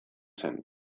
zen